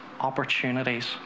opportunities